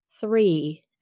three